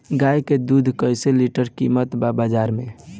गाय के दूध कइसे लीटर कीमत बा बाज़ार मे?